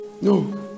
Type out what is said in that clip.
No